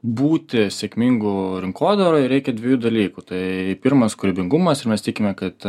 būti sėkmingu rinkodaroj reikia dviejų dalykų tai pirmas kūrybingumas ir mes tikime kad